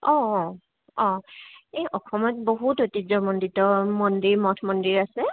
অ অ অ এই অসমত বহুত ঐতিহ্যমণ্ডিত মন্দিৰ মঠ মন্দিৰ আছে